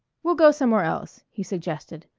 we'll go somewhere else, he suggested.